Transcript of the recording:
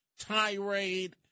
tirade